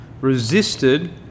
resisted